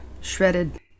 shredded